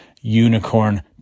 Unicorn